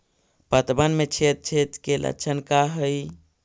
पतबन में छेद छेद के लक्षण का हइ?